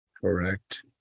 correct